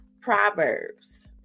Proverbs